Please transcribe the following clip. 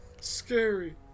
Scary